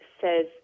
says